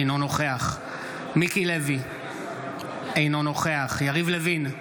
אינו נוכח מיקי לוי, אינו נוכח יריב לוין,